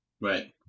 Right